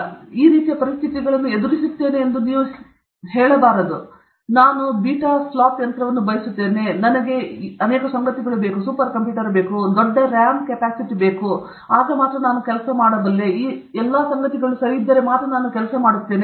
ನಾನು ಈ ರೀತಿಯ ಪರಿಸ್ಥಿತಿಗಳನ್ನು ಹಾಕುತ್ತೇನೆ ಎಂದು ನೀವು ಹೇಳಬಾರದು ನಾನು ಬೀಟಾ ಫ್ಲಾಪ್ ಯಂತ್ರವನ್ನು ಬಯಸುತ್ತೇನೆ ನನಗೆ ಈ ಅನೇಕ ಸಂಗತಿಗಳು ಬೇಕು ಅಂತಹ ಒಂದು ದೊಡ್ಡ RAM ಅನ್ನು ನಾನು ಬಯಸುತ್ತೇನೆ ಈ ಎಲ್ಲಾ ಸಂಗತಿಗಳೊಂದಿಗೆ ನಾನು ಸರಿ ಮಾಡುತ್ತೇನೆ